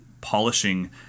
polishing